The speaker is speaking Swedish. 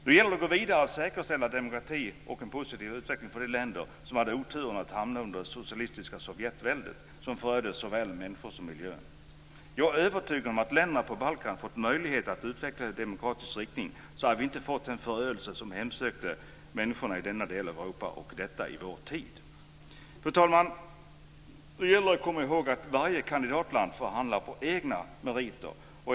Nu gäller det att gå vidare och säkerställa demokrati och en positiv utveckling för de länder som hade oturen att hamna under det socialistiska Sovjetväldet, som förödde såväl människorna som miljön. Jag är övertygad om att vi inte hade fått den förödelse som hemsökte människorna i denna del av Europa - detta i vår tid - om länderna på Balkan fått möjlighet att utvecklas i demokratisk riktning. Fru talman! Nu gäller det att komma ihåg att varje kandidatland förhandlar på egna meriter.